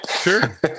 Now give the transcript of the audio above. sure